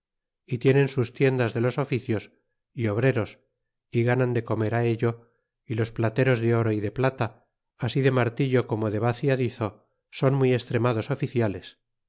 y tienen sus tiendas de los oficios a obreros y ganan de comer á ello y los plateros de oro y de plata así de martillo como de vaciadizo son muy estremados oficiales